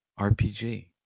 RPG